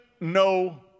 no